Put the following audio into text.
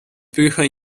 püha